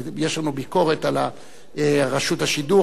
ויש לנו ביקורת על רשות השידור,